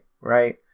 right